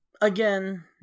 Again